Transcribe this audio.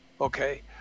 okay